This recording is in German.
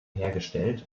hergestellt